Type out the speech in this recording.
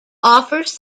offers